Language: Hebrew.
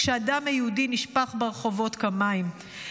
כשהדם היהודי נשפך ברחובות כמים.